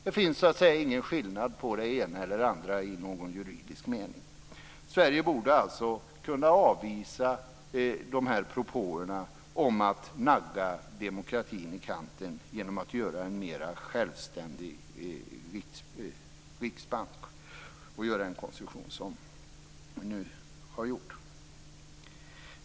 Det finns ingen skillnad på det ena eller andra i någon juridisk mening. Sverige borde alltså kunna avvisa dessa propåer om att nagga demokratin i kanten genom att göra riksbanken mer självständig och ha den konstruktion som vi nu har gjort.